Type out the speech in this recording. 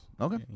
Okay